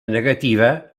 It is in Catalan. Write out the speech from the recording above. negativa